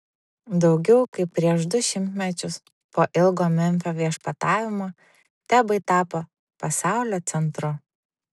daugiau kaip prieš du šimtmečius po ilgo memfio viešpatavimo tebai tapo pasaulio centru